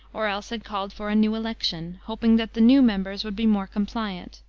or else had called for a new election, hoping that the new members would be more compliant.